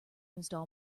install